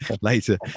later